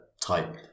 type